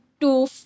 two